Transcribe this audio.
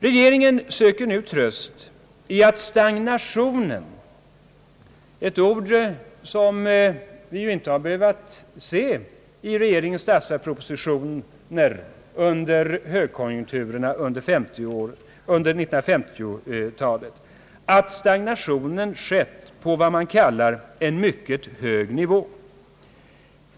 Regeringen söker nu tröst i att stagnationen — ett ord som vi ju inte behövt se i regeringens statsverkspropositioner under högkonjunkturåren på 1950-talet — skett på vad man kallar »en mycket hög nivå».